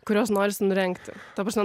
kurios norisi nurengti ta prasme